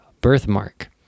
birthmark